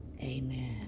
amen